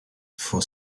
for